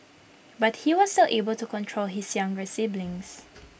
but he was still able to control his younger siblings